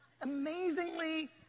Amazingly